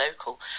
local